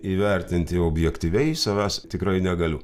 įvertinti objektyviai savęs tikrai negaliu